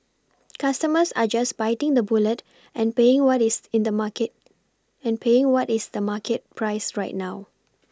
customers are just biting the bullet and paying what is in the market and paying what is the market price right now